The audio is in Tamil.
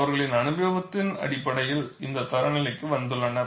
அவர்களின் அனுபவத்தின் அடிப்படையில் இந்த தர நிலைக்கு வந்துள்ளனர்